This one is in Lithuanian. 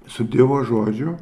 su dievo žodžiu